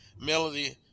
Melody